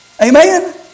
Amen